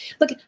look